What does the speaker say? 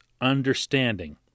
understanding